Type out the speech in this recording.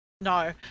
No